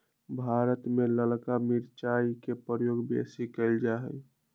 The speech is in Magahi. भारत में ललका मिरचाई के प्रयोग बेशी कएल जाइ छइ